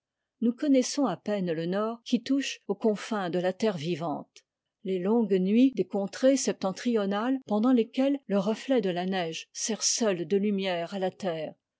nous connaissons à peine le nord qui touche aux confins de la terre vivante les longues nuits des contrées septentrionales pendant lesquelles le reflet de la neige sert seul de lumière à la terre